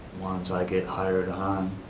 once i get hired on,